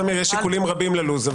יש שיקולים רבים ללו"ז.